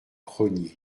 crosnier